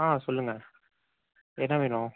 ஆ சொல்லுங்கள் என்ன வேணும்